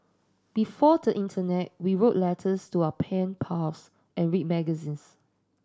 before the internet we wrote letters to our pen pals and read magazines